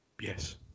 Yes